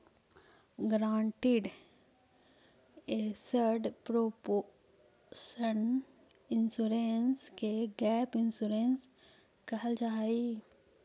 guaranteed asset proportion insurance के gap insurance कहल जाऽ हई